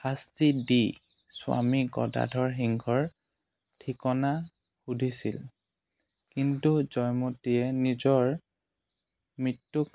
শাস্তি দি স্বামী গদাধৰ সিংহৰ ঠিকনা সুধিছিল কিন্তু জয়মতীয়ে নিজৰ মৃত্যুক